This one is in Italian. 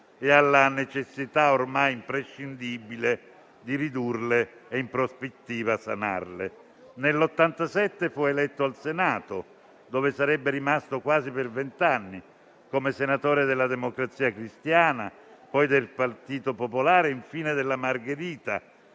e alla necessità, ormai imprescindibile, di ridurle e, in prospettiva, sanarle. Nel 1987 fu eletto al Senato, dove sarebbe rimasto per quasi vent'anni come senatore della Democrazia Cristiana, poi del Partito Popolare, infine della Margherita;